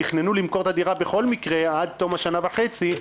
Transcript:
תכננו למכור את הדירה בכל מקרה עד תום השנה וחצי,